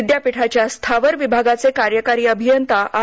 विद्यापीठाच्या स्थावर विभागाचे कार्यकारी अभियंता आर